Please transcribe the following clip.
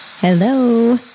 Hello